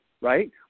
right